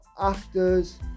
actors